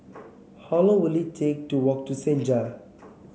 how long will it take to walk to Senja